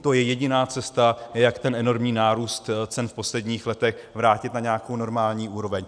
To je jediná cesta, jak ten enormní nárůst cen v posledních letech vrátit na nějakou normální úroveň.